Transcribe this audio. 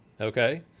Okay